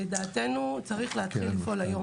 לדעתנו, צריך להתחיל לפעול היום.